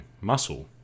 muscle